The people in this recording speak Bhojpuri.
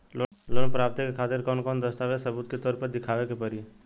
लोन प्राप्ति के खातिर कौन कौन दस्तावेज सबूत के तौर पर देखावे परी?